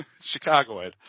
Chicagoan